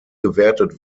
gewertet